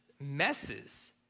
messes